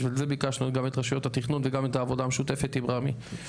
בשביל זה ביקשנו גם את רשויות התכנון וגם את העבודה המשותפת עם רמ"י.